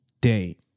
day